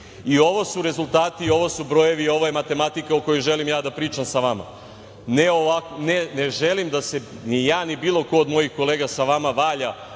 i ovo su rezultati, i ovo su brojevi i ovo je matematika o kojoj želim ja da pričam sa vama. Ne želim da se ni ja ni bilo ko od mojih kolega sa vama valja